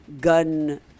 gun